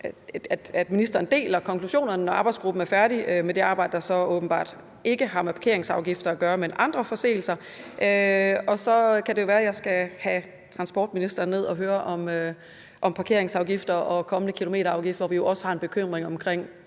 at ministeren deler konklusionerne, når arbejdsgruppen er færdig med det arbejde, der så åbenbart ikke har med parkeringsafgifter at gøre, men med andre forseelser. Så kan det jo være, at jeg skal have transportministeren ned og høre om parkeringsafgifter og den kommende kilometerafgift, hvor vi også har en bekymring om